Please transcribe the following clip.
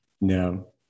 no